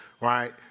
Right